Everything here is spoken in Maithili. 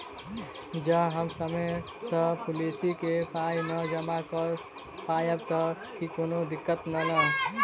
जँ हम समय सअ पोलिसी केँ पाई नै जमा कऽ पायब तऽ की कोनो दिक्कत नै नै?